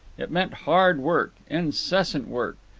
it meant hard work, incessant work.